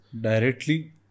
Directly